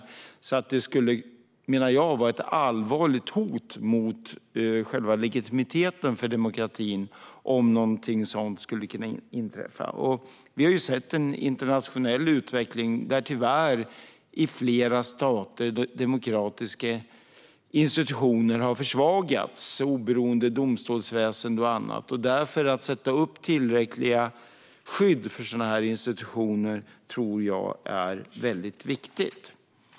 Jag menar att det skulle vara ett allvarligt hot mot legitimiteten för demokratin om något sådant skulle kunna inträffa. Vi har sett en internationell utveckling i flera stater där demokratiska institutioner tyvärr har försvagats - oberoende domstolsväsen och annat. Därför tror jag att det är väldigt viktigt att sätta upp tillräckliga skydd för sådana institutioner.